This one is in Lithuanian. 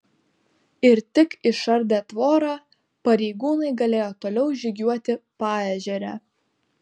ir tik išardę tvorą pareigūnai galėjo toliau žygiuoti paežere